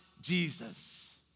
Jesus